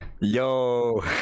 yo